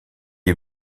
est